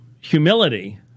humility